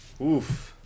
Oof